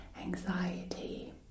anxiety